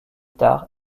tard